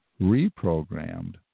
reprogrammed